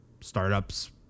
startups